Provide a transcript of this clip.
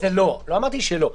לא אמרתי שלא.